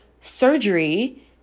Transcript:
surgery